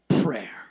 prayer